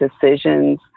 decisions